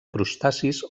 crustacis